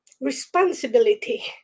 responsibility